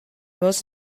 most